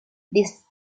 this